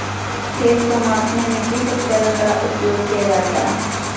खेत को मापने में किस उपकरण का उपयोग किया जाता है?